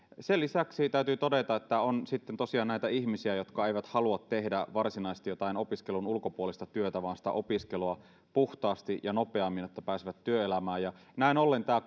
sen lisäksi täytyy todeta että on tosiaan näitä ihmisiä jotka eivät halua tehdä varsinaisesti jotain opiskelun ulkopuolista työtä vaan sitä opiskelua puhtaasti ja nopeammin jotta pääsevät työelämään näin ollen tämä